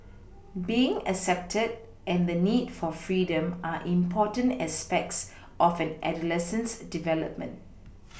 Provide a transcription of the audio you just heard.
being accepted and the need for freedom are important aspects of an adolescent's development